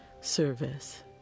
service